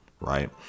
Right